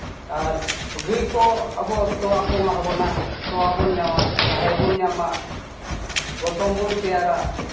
ᱟᱨ ᱜᱟᱹᱭ ᱠᱚ ᱟᱵᱚ ᱛᱳᱣᱟ ᱠᱚ ᱮᱢᱟᱵᱚᱱᱟ ᱛᱚᱣᱟ ᱵᱚᱱ ᱧᱟᱢᱟ ᱫᱟᱦᱮ ᱵᱚᱱ ᱧᱟᱢᱟ ᱜᱚᱛᱚᱢ ᱵᱚᱱ ᱛᱮᱭᱟᱨᱟ